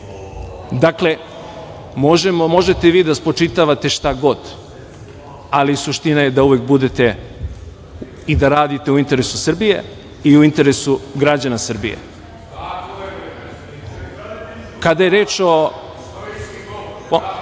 Dakle, možete vi da spočitavate šta god, ali suština je da uvek budete i da radite u interesu Srbije i u interesu građana Srbije.(Radomir